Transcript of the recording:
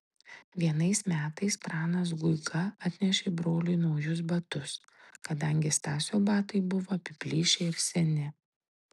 vienais metais pranas guiga atnešė broliui naujus batus kadangi stasio batai buvo apiplyšę ir seni